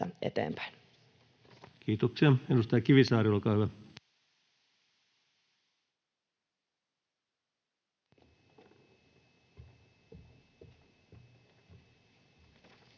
eteenpäin. Kiitoksia. — Edustaja Kivisaari, olkaa hyvä. Arvoisa